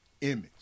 image